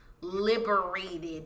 liberated